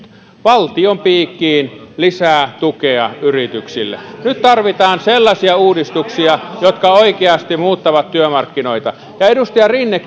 valtion piikkiin lisää tukea yrityksille nyt tarvitaan sellaisia uudistuksia jotka oikeasti muuttavat työmarkkinoita ja edustaja rinne